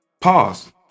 pause